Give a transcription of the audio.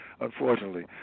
unfortunately